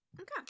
Okay